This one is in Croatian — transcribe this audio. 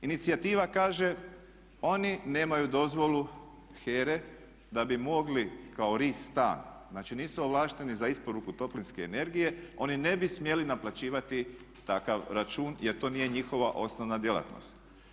Inicijativa kaže oni nemaju dozvolu HERA-e da bi mogli kao Ri Stan, znači nisu ovlašteni za isporuku toplinske energije, oni ne bi smjeli naplaćivati takav račun jer to nije njihova osnovna djelatno.